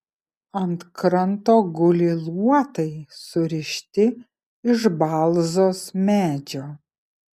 ant kranto guli luotai surišti iš balzos medžio